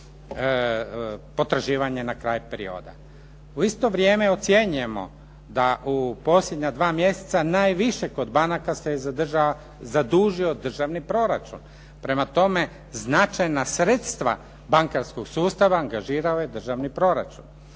U isto vrijeme ocjenjujemo da u posljednja dva mjeseca najviše kod banaka se zadužio državni proračun. Prema tome, značajna sredstva bankarskog sustava angažirao je državni proračun.